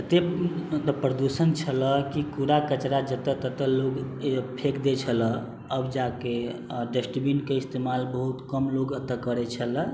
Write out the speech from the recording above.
एते मतलब प्रदूषण छलऽ कूड़ा कचड़ा जतऽ ततऽ लोग फेक दै छलऽ अब जाके डस्टबीन के इस्तेमाल बहुत कम लोग एतऽ करै छलऽ